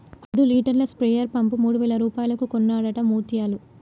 ఐదు లీటర్ల sprayer pump మూడు వేల రూపాయలకు కొన్నడట ముత్యాలు